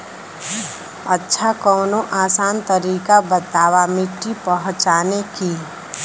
अच्छा कवनो आसान तरीका बतावा मिट्टी पहचाने की?